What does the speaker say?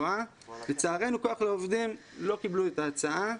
לצערנו כוח לעובדים לא קיבלו את ההצעה.